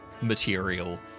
material